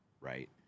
right